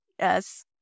Yes